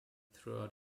throughout